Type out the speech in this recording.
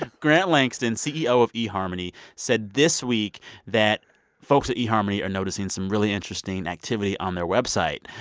ah grant langston, ceo of eharmony, said this week that folks at eharmony are noticing some really interesting activity on their website.